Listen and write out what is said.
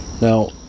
now